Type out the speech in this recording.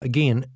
Again